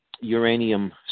uranium